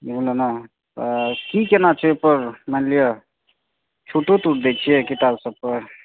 हॅं नहि बतेने रहै गाँवे के एकटा आदमी रहै तऽ आहाँके नाम कहलकै रहऽ बुझलियै तऽ कहलियै कि जे ओकर नम्बर देलक आहाँके